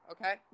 okay